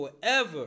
forever